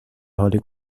حال